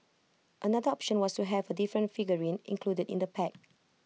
another option was to have A different figurine included in the pack